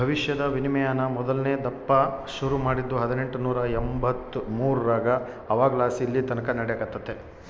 ಭವಿಷ್ಯದ ವಿನಿಮಯಾನ ಮೊದಲ್ನೇ ದಪ್ಪ ಶುರು ಮಾಡಿದ್ದು ಹದಿನೆಂಟುನೂರ ಎಂಬಂತ್ತು ಮೂರರಾಗ ಅವಾಗಲಾಸಿ ಇಲ್ಲೆತಕನ ನಡೆಕತ್ತೆತೆ